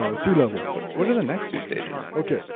ah sea level but what are the next two stages? okay,